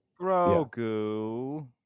Grogu